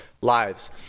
lives